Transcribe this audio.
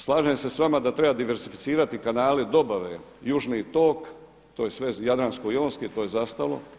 Slažem se sa vama da treba diverzificirati kanale dobave južni tok, to je sve jadransko-jonski, to je zastalo.